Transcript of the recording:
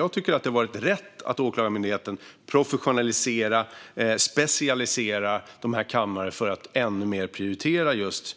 Jag tycker att det var rätt av Åklagarmyndigheten att professionalisera och specialisera dessa kamrar för att ännu mer prioritera just